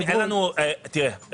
11:33) תראה,